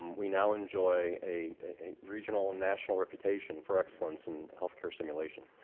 we now enjoy a regional and national reputation for excellence in health care simulation.